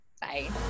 Bye